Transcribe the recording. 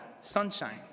sunshine